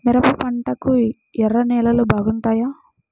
మిరప పంటకు ఎర్ర నేలలు బాగుంటాయా?